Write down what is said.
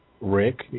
Rick